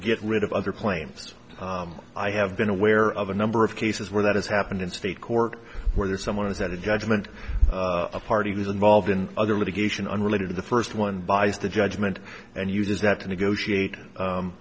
get rid of other planes i have been aware of a number of cases where that has happened in state court where someone is at a judgment a party was involved in other litigation unrelated to the first one buys the judgment and uses that to negotiate